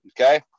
okay